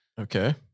Okay